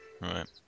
Right